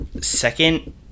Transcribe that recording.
second